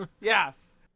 yes